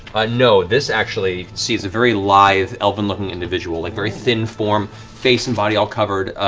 no, this actually seems a very lithe, elven-looking individual. like very thin form face and body all covered,